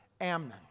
Amnon